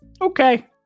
Okay